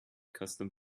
custom